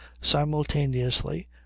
simultaneously